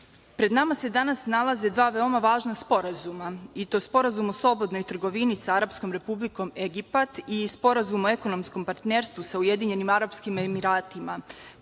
evra. Pred nama se danas nalaze dva veoma važna sporazuma, i to Sporazum o slobodnoj trgovini sa arapskom republikom Egipat i Sporazum o ekonomskom partnerstvu sa Ujedinjenim Arapskim Emiratima